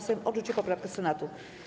Sejm odrzucił poprawkę Senatu.